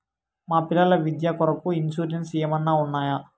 మా పిల్లల విద్య కొరకు ఇన్సూరెన్సు ఏమన్నా ఉన్నాయా?